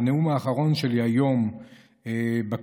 בנאום האחרון שלי היום בכנסת,